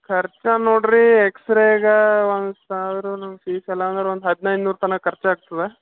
ಖರ್ಚು ನೋಡಿರಿ ಎಕ್ಸ್ರೇಗೆ ಒಂದು ಸಾವ್ರ ನಮ್ಮ ಫೀಸ್ ಎಲ್ಲ ಒಂದು ಹದ್ನೈದು ನೂರು ತನಕ ಖರ್ಚಾಗ್ತದ